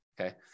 okay